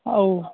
ହଉ